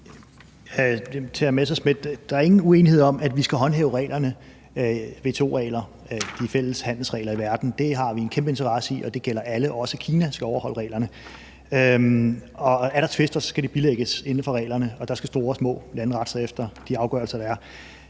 Der er ingen uenighed om, at vi skal håndhæve reglerne, WTO-reglerne, de fælles handelsregler i verden – det har vi en kæmpe interesse i, og det gælder alle, og også Kina skal overholde reglerne. Er der tvister, skal de bilægges inden for reglerne, og der skal store og små lande rette sig efter de afgørelser,